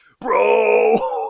bro